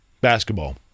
basketball